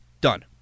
Done